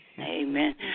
Amen